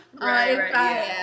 right